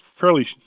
fairly